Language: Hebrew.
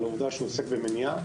על העובדה שהוא עוסק במניעה,